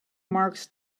marks